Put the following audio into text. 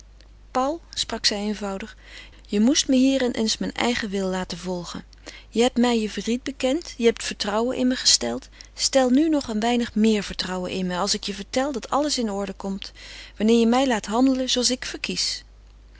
paul sprak zij eenvoudig je moest me hierin eens mijn eigen wil laten volgen je hebt mij je verdriet bekend je hebt vertrouwen in me gesteld stel nu nog een weinig meer vertrouwen in me als ik je vertel dat alles in orde komt wanneer je mij laat handelen zooals ik verkies